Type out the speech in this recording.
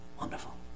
Wonderful